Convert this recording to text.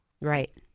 Right